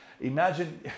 Imagine